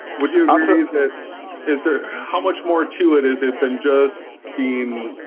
would you say that is there how much more to it is it than just being?